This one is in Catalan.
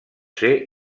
ser